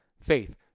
faith